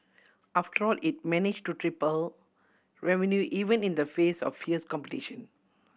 after all it managed to triple revenue even in the face of fierce competition